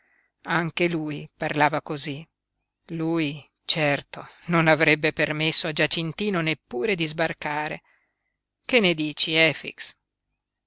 anche lui parlava cosí lui certo non avrebbe permesso a giacintino neppure di sbarcare che ne dici efix